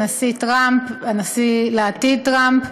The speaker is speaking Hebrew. הנשיא לעתיד טראמפ.